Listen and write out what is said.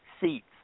seats